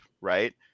right